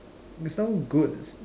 it's not even good